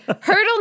hurdle